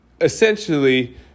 essentially